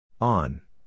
On